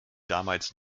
damals